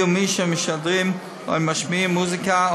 יהיו מי שמשדרים או משמיעים מוזיקה,